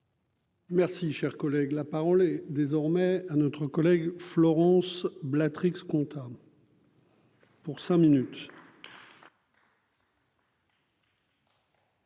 Merci, cher collègue, la parole est désormais à notre collègue Florence Blain Trix content. Pour cinq minutes.